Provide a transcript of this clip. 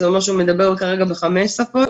זה אומר שהוא מדבר כרגע בחמש שפות.